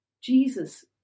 Jesus